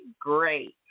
great